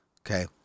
okay